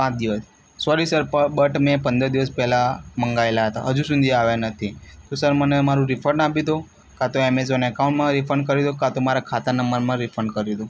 પાંચ દિવસ sorry sir but મેં પંદર દિવસ પહેલાં મંગાવેલાં હતાં હજુ સુધી આવ્યાં નથી તો સર મને મારું રિફંડ આપી દો કાં તો એમેઝોન એકાઉન્ટમાં રિફંડ કરી દો કાં તો મારા ખાતા નંબરમાં રિફંડ કરી દો